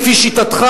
לפי שיטתך,